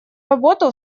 работу